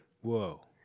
Whoa